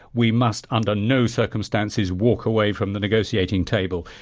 we must under no circumstances walk away from the negotiating table.